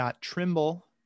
Trimble